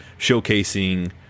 showcasing